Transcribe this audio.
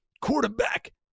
quarterback